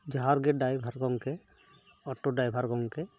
ᱡᱚᱦᱟᱨ ᱜᱮ ᱰᱟᱭᱵᱷᱟᱨ ᱜᱚᱢᱠᱮ ᱚᱴᱳ ᱰᱟᱭᱵᱷᱟᱨ ᱜᱚᱢᱠᱮ